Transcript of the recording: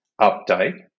update